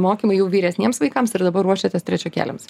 mokymai jau vyresniems vaikams ir dabar ruošiatės trečiokėliams